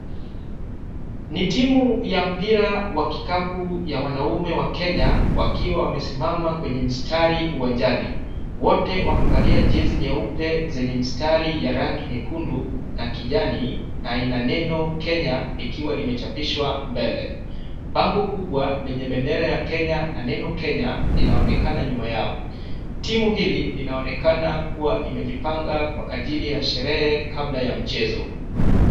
Ni timu ya mpira wa kikapu ya wanaume wa Kenya wakiwa wamesimama kwenye mistari uwanjani. Wote wamevalia jezi nyeupe zenye mistari ya rangi nyekundu na kijani na ina neno Kenya likiwa limechapishwa mbele. Bango kubwa lenye bendera ya Kenya na neno Kenya linaonekana nyuma yao. Timu hili linaonekana kuwa imejipanga kwa ajili ya sherehe kabla ya mchezo.